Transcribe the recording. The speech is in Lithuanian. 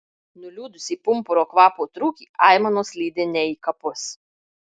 nuliūdusį pumpuro kvapo trūkį aimanos lydi ne į kapus